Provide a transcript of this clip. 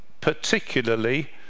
particularly